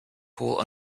pool